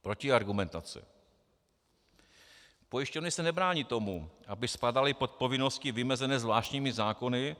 Protiargumentace: Pojišťovny se nebrání tomu, aby spadaly pod povinnosti vymezené zvláštními zákony.